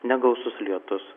negausus lietus